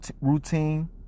routine